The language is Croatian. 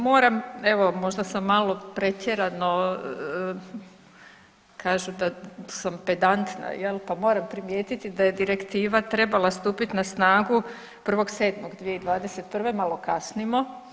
Moram evo možda sam malo pretjerano, kažu da sam pedantna pa moram primijetiti da je direktiva trebala stupiti na snagu 1.7.2021. malo kasnimo.